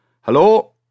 Hello